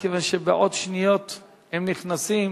מכיוון שבעוד שניות הם נכנסים.